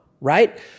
right